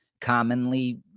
commonly